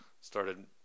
started